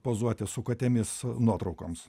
pozuoti su katėmis nuotraukoms